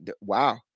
Wow